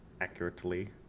accurately